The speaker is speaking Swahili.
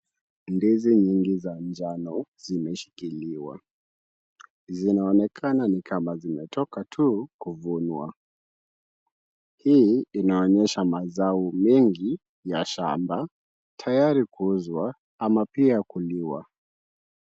Ndizi nyingi za njano zimeshikiliwa. Zinaonekana ni kama zimetoka tu kuvunwa. Hii inaonyesha mazao mengi ya shamba tayari kuuzwa ama pia kuliwa.